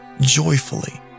joyfully